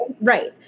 Right